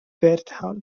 halte